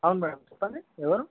అవును మేడం చెప్పండి ఎవరు